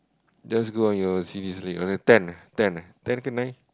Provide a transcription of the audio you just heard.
just go on your on the ten eh ten eh ten ke nine